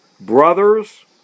Brothers